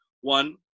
One